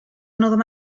another